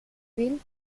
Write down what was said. bill